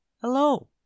Hello